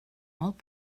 molt